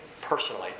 personally